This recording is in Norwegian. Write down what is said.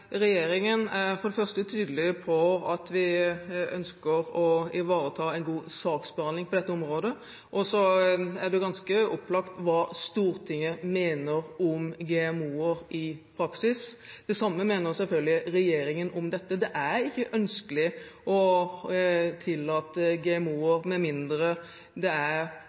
saksbehandling på dette området. Så er det ganske opplagt hva Stortinget mener om GMO-er i praksis. Det samme mener selvfølgelig regjeringen om dette – det er ikke ønskelig å tillate GMO-er med mindre det er